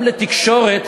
גם לתקשורת,